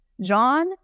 John